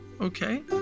okay